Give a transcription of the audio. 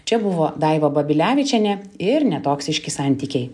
čia buvo daiva babilevičienė ir netoksiški santykiai